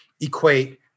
equate